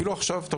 אפילו עכשיו.